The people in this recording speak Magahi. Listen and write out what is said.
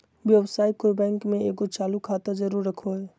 व्यवसायी कोय बैंक में एगो चालू खाता जरूर रखो हइ